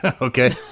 Okay